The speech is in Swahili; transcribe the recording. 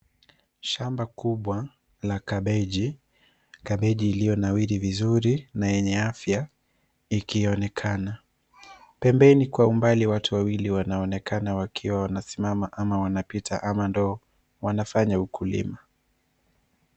Shamba kubwa la kabeji. Kabeji iliyonawiri vizuri na yenye afya ikionekana. Pembeni kwa umbali, watu wawili wanaonekana wakiwa wanasimama ama wanapita ama ndoo wanafanya ukulima.